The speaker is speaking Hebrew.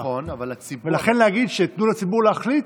נכון, אבל הציבור, ולכן להגיד: תנו לציבור להחליט?